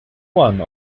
one